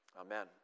Amen